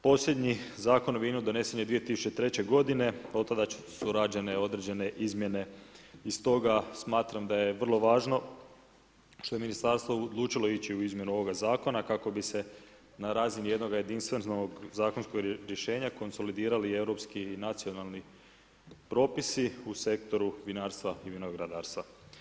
Posljednji Zakon o vinu donesen je 2003. g., otada su rađene određene izmjene i stoga smatram da je vrlo važno što je ministarstvo odlučilo ići u izmjenu ovog zakona kako bi se na razini jednog jedinstvenog zakonskog rješenja konsolidirali europski i nacionalni propisi u sektoru vinarstva i vinogradarstva.